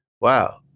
wow